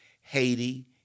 Haiti